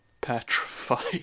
petrified